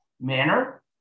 manner